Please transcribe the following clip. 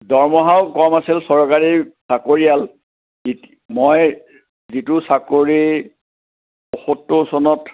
দৰমহাও কম আছিল চৰকাৰী চাকৰিয়াল মই যিটো চাকৰি সত্তৰ চনত